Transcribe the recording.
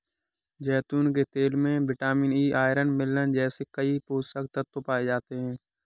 जैतून के तेल में विटामिन ई, आयरन, मिनरल जैसे कई पोषक तत्व पाए जाते हैं